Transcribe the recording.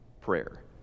prayer